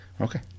okay